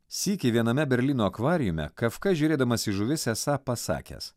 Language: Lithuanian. sykį viename berlyno akvariume kafka žiūrėdamas į žuvis esą pasakęs